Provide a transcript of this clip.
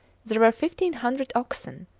there were fifteen hundred oxen,